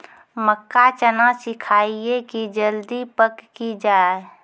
मक्का चना सिखाइए कि जल्दी पक की जय?